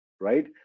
Right